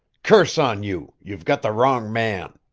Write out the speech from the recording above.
curse on you, you've got the wrong man!